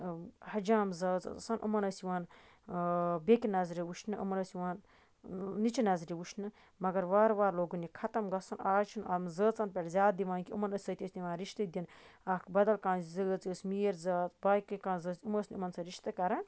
حجام زٲژ ٲس آسان یِمن ٲسۍ یِوان بیٚیہِ کہِ نَظرِ وٕچھنہٕ یِمَن اوس یِوان نِچہِ نظرِ وٕچھنہٕ مَگر وارٕ وارٕ لوگُن یہِ خَتٔم گژھُن آز چھُنہٕ آمُت زٲژَن پٮ۪ٹھ زیادٕ دِوان کہِ یِمَن سۭتۍ ٲسۍ یِوان رِشتہٕ دِنہٕ اکھ بدل کانہہ زٲژ یُس میٖر زات باقی کانہہ زٲژ یِم ٲسۍ نہٕ یِمن سۭتۍ رِشتہٕ کران